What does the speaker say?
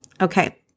Okay